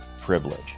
privilege